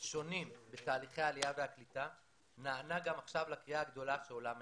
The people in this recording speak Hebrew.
שונים בתהליכי העלייה והקליטה נענה גם עכשיו לקריאה הגדולה שעולה מהשטח.